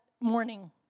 morning